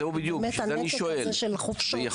כי באמת הנתק הזה של חופשות הוא בעייתי.